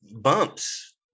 bumps